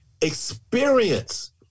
experience